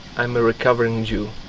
i'm a recovering jew